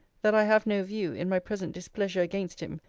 that i have no view, in my present displeasure against him,